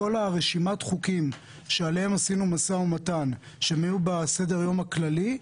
כל רשימת חוקים שעליהם עשינו משא-ומתן שהם היו בסדר-היום הכללי,